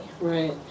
Right